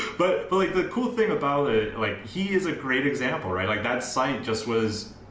but but like the cool thing about it like he is a great example, right. like that site just was,